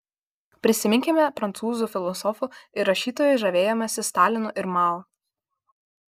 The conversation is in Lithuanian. prisiminkime prancūzų filosofų ir rašytojų žavėjimąsi stalinu ir mao